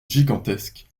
gigantesques